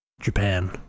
Japan